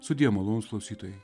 sudie malonūs klausytojai